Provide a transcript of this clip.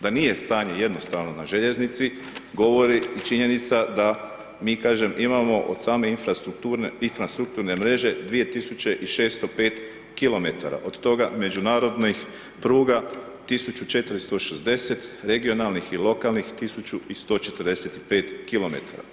Da nije stanje jednostavno na željeznici, govori i činjenica da mi, kažem, imamo od same infrastrukturne mreže 2605 km, od toga međunarodnih pruga 1460, regionalnih i lokalnih 1145 km.